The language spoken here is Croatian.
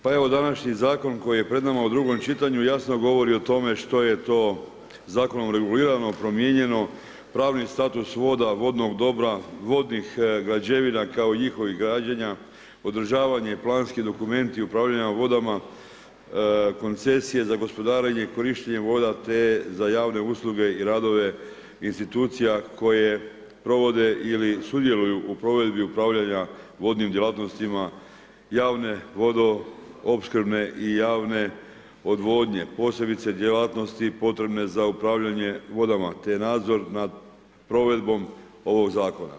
Pa evo današnji zakona koji je pred nama u drugom čitanju jasno govori o tome što je to u zakonom regulirano, promijenjeno, pravni status voda, vodnog dobra, vodnih građevina kao i njihovih građenja, održavanje planskih dokumenta upravljanja vodama, koncesije za gospodarenje i korištenje voda te za javne usluge i radove institucija koje provode ili sudjeluju u provedbi upravljanja vodnim djelatnostima javne vodoopskrbne i javne odvodnje posebice djelatnosti potrebne za upravljanje vodama te nadzor nad provedbom ovog zakona.